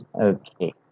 Okay